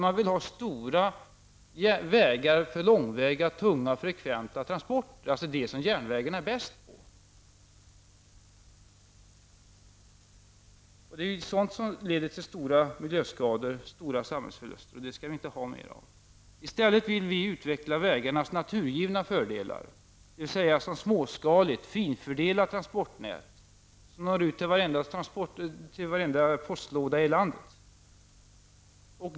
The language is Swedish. Man vill ha vägar för långväga, tunga och frekventa transporter, dvs. det som järnvägen är bäst på. Det är sådant som leder till stora miljöskador och stora samhällsförluster, och det skall vi inte ha mer av. I stället vill vi utveckla vägarnas naturgivna fördelar, dvs. som småskaligt finfördelat trafiknät som når ut till varenda postlåda i landet.